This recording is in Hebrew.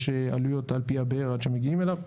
יש עלויות על פי הבאר עד שמגיעים אליו,